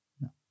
no